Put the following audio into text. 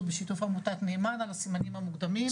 בשיתוף עמותת נאמן על הסימנים המוקדמים,